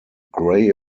grey